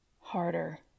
Harder